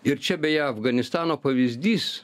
ir čia beje afganistano pavyzdys